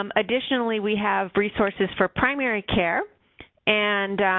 um additionally, we have resources for primary care and